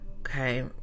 Okay